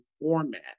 format